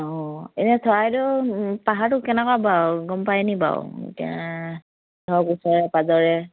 অঁ এনেই চৰাইদেউ পাহাৰটো কেনেকুৱা বাৰু গম পায়নি বাৰু এতিয়া ধৰক ওচৰে পাজৰে